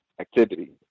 activity